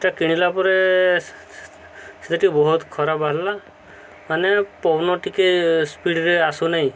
ସେଟା କିଣିଲା ପରେ ସେଟିି ବହୁତ ଖରାପ ବାହାରିଲା ମାନେ ପବନ ଟିକେ ସ୍ପିଡ଼୍ରେ ଆସୁନାହିଁ